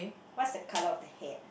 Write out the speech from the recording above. what's the color of the head